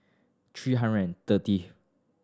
three hundred and thirty